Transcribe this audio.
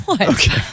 Okay